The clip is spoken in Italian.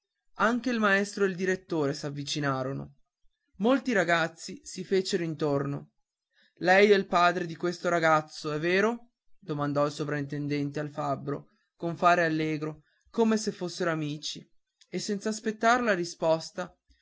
anche il maestro e il direttore s'avvicinarono molti ragazzi si fecero intorno lei è il padre di questo ragazzo è vero domandò il sovrintendente al fabbro con fare allegro come se fossero amici e senz'aspettar la risposta